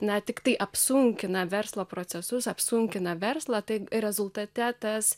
na tiktai apsunkina verslo procesus apsunkina verslą tai rezultate tas